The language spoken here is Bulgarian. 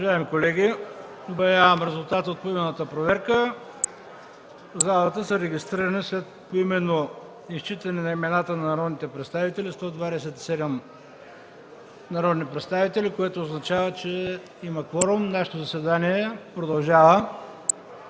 Уважаеми колеги, обявявам резултата от поименната проверка. (Шум и реплики.) В залата са регистрирани, след поименно изчитане на имената на народните представители – 127 народни представители, което означава, че има кворум и нашето заседание продължава.